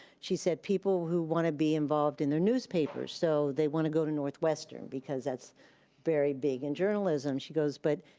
she said, people who wanna be involved in their newspaper, so they wanna go to northwestern because that's very big in journalism, she goes, but,